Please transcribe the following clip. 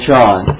John